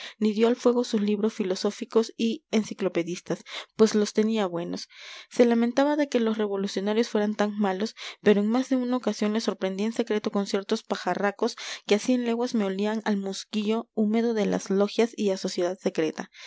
dio al fuego sus libros filosóficos y enciclopedistas pues los tenía buenos se lamentaba de que los revolucionarios fueran tan malos pero en más de una ocasión le sorprendí en secreto con ciertos pajarracos que a cien leguas me olían al musguillo húmedo de las logias y a sociedad secreta